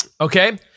okay